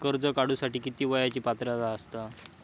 कर्ज काढूसाठी किती वयाची पात्रता असता?